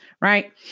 Right